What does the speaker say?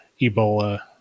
Ebola-